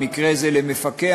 במקרה זה למפקח,